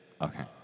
Okay